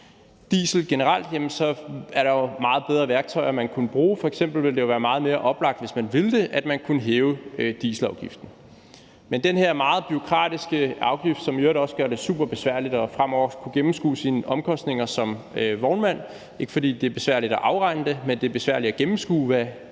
diesel generelt, er der jo meget bedre værktøjer, man kunne bruge. F.eks. ville det være meget mere oplagt, hvis man ville det, at man kunne hæve dieselafgiften. Men den her meget bureaukratiske afgift, som i øvrigt også gør det super besværligt fremover at kunne gennemskue sine omkostninger som vognmand – ikke fordi det er besværligt at afregne det, men det er besværligt at gennemskue, hvilke